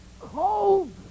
cold